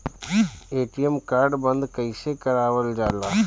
ATM card बन्द कईसे करावल जाला?